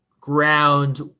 ground